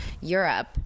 Europe